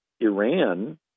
Iran